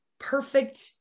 perfect